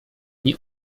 nie